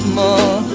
more